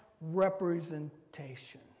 representation